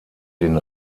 den